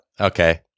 Okay